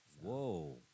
Whoa